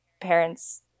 parents